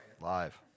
Live